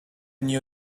new